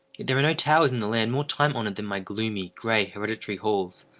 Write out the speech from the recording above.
yet there are no towers in the land more time-honored than my gloomy, gray, hereditary halls.